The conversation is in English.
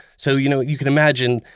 so you know you can imagine,